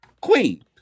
queen